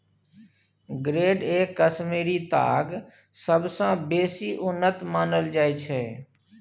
grade A Kashmiri ताग सबसँ बेसी उन्नत मानल जाइ छै